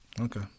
Okay